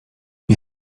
nie